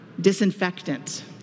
Disinfectant